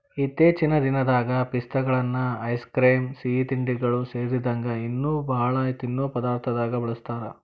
ಇತ್ತೇಚಿನ ದಿನದಾಗ ಪಿಸ್ತಾಗಳನ್ನ ಐಸ್ ಕ್ರೇಮ್, ಸಿಹಿತಿಂಡಿಗಳು ಸೇರಿದಂಗ ಇನ್ನೂ ಬಾಳ ತಿನ್ನೋ ಪದಾರ್ಥದಾಗ ಬಳಸ್ತಾರ